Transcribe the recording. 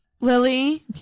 Lily